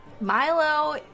Milo